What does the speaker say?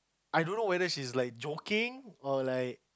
I don't know whether she is like joking or like